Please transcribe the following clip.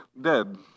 Dead